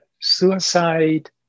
suicide